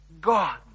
God